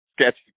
sketchy